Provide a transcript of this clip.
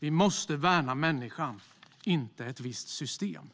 Vi måste värna människan, inte ett visst system.